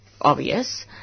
obvious